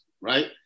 right